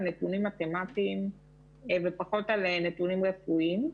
נתונים מתמטיים ופחות על נתונים רפואיים.